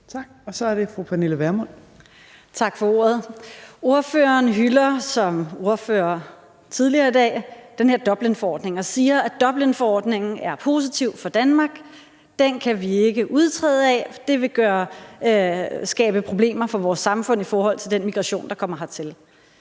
Kl. 15:46 Pernille Vermund (NB): Tak for ordet. Ordføreren hylder – som ordførere tidligere i dag – den her Dublinforordning og siger, at Dublinforordningen er positiv for Danmark. Den kan vi ikke udtræde af. Det ville skabe problemer for vores samfund i forhold til den migration, der kommer hertil.